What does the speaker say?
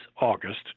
August